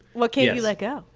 what can't you let go?